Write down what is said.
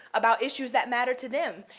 about issues that matter to them,